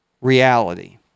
reality